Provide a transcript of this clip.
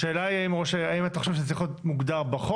השאלה היא האם אתה חושב שזה צריך להיות מוגדר בחוק,